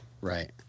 Right